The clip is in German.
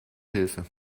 hilfe